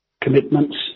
commitments